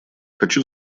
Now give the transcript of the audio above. хочу